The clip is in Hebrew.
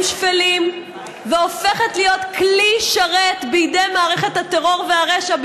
שפלים והופכת להיות כלי שרת בידי מערכת הטרור והרשע,